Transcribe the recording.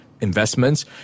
Investments